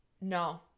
No